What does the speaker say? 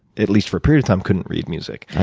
at least for a period of time, couldn't read music.